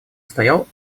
стоял